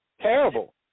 Terrible